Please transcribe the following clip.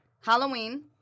Halloween